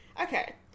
Okay